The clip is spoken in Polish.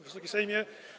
Wysoki Sejmie!